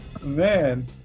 Man